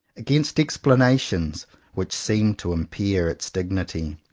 against explana tions which seem to impair its dignity.